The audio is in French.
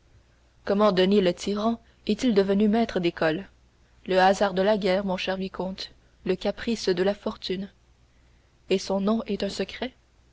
denys le tyran est-il devenu maître d'école le hasard de la guerre mon cher vicomte le caprice de la fortune et son nom est un secret